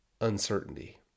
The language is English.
uncertainty